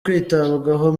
kwitabwaho